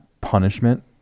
punishment